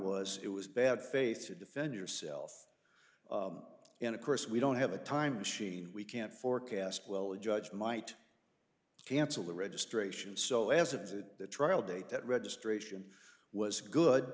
was it was bad faith to defend yourself and of course we don't have a time machine we can't forecast well a judge might cancel the registration so as if that trial date that registration was good